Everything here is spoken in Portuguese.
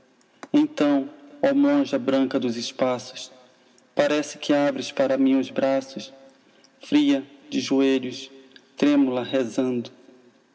monja branca dos espaços parece que abres para mim os braços fria de joelhos trêmula rezando